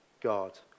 God